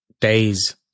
days